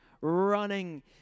running